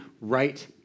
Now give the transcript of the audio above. right